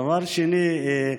דבר שני,